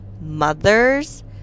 mothers